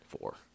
Four